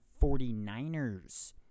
49ers